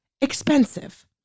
expensive